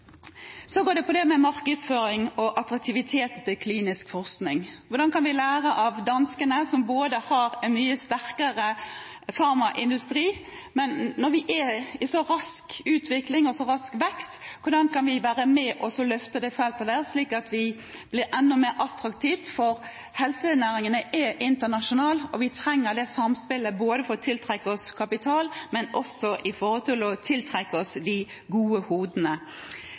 Så markedsføring og attraktivitet ved klinisk forskning: Hvordan kan vi lære av danskene, som har en mye sterkere farmaindustri? Når vi er i så rask utvikling og rask vekst, hvordan kan vi være med og løfte dette feltet slik at vi blir enda mer attraktiv? Helsenæringen er internasjonal, og vi trenger det samspillet både for å tiltrekke oss kapital og for å tiltrekke oss de gode hodene.